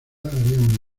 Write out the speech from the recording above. habían